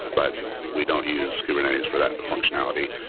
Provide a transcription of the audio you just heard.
but we don't use kubernetes for that functionality.